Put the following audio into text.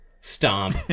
stomp